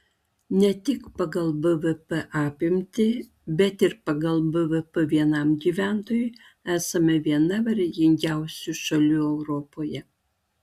ne tik pagal bvp apimtį bet ir pagal bvp vienam gyventojui esame viena varganiausių šalių europoje